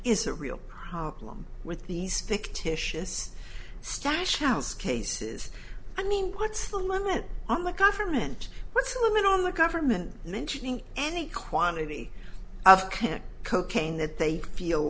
is a real problem with these dictatorships stash house cases i mean what's the limit on the government what's a limit on the government mentioning any quantity of can cocaine that they feel